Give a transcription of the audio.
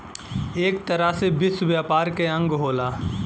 एक तरह से विश्व व्यापार के अंग होला